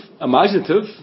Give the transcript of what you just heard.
imaginative